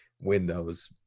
Windows